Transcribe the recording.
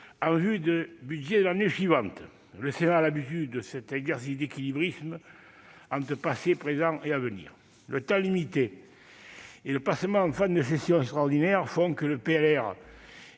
en vue du budget de l'année suivante. Le Sénat a l'habitude de cet exercice d'équilibriste entre passé, présent et avenir. Le temps limité et le placement en fin de session extraordinaire font que ces